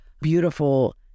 beautiful